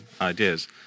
ideas